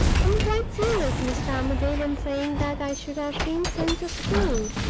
am quite serious, mr. armadale, in saying that i should have been sent to school,